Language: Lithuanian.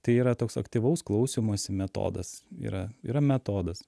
tai yra toks aktyvaus klausymosi metodas yra yra metodas